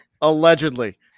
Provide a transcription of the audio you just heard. Allegedly